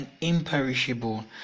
imperishable